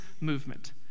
movement